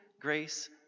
grace